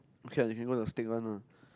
okay if you go to steak one ah